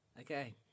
Okay